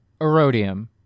erodium